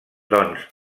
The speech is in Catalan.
doncs